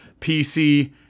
PC